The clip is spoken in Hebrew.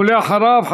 ואחריו,